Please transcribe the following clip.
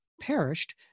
perished